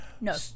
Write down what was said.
no